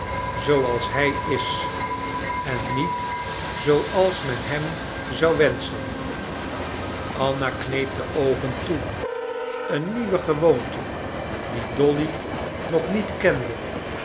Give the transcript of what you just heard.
zooals hij is en niet zooals men hem zou wenschen anna kneep de oogen toe een nieuwe gewoonte die dolly nog niet kende